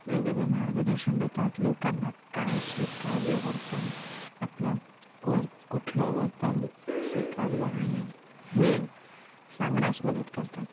वेगवेगळे मार्गदर्शन देतात लोकांना काय स्वीकार्य वर्तन आपलं वर् कुठलं वर्तन स्वीकार्य आहे हे सांगण्यास मदत करतं